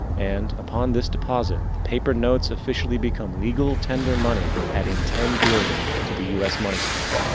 and, upon this deposit the paper notes officially become legal tender money. adding ten billion to the us money supply.